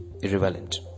irrelevant